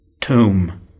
tomb